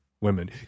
women